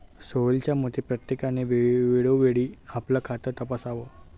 सोहेलच्या मते, प्रत्येकाने वेळोवेळी आपलं खातं तपासावं